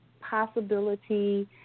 possibility